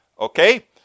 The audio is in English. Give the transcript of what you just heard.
Okay